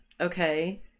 okay